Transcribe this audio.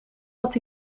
wat